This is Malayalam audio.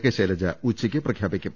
കെ ശൈലജ ഉച്ചയ്ക്ക് പ്രഖ്യാപ്പിക്കും